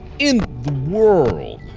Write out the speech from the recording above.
in the world